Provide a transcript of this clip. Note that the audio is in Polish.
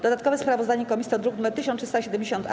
Dodatkowe sprawozdanie komisji to druk nr 1370-A.